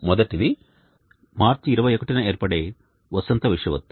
మొదటిది మార్చి 21న ఏర్పడే వసంత విషువత్తు